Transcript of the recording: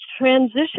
transition